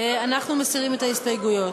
מסירים את ההסתייגויות.